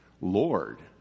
lord